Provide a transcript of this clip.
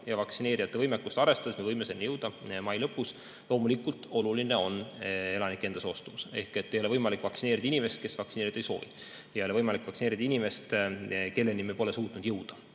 ja vaktsineerijate võimekust arvestades me võime selleni jõuda mai lõpus. Loomulikult on oluline elanike enda soostumus. Ei ole võimalik vaktsineerida inimest, kes vaktsineerida ei soovi. Ei ole võimalik vaktsineerida inimest, kelleni me pole suutnud jõuda.